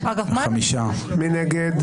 מי נגד?